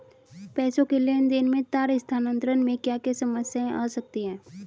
पैसों के लेन देन में तार स्थानांतरण में क्या क्या समस्याएं आ सकती हैं?